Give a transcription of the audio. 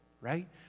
right